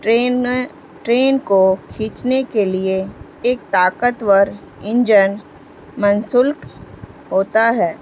train train کو کھینچنے کے لیے ایک طاقتور انجن منسلک ہوتا ہے